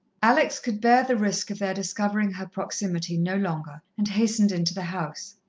alex could bear the risk of their discovering her proximity no longer, and hastened into the house.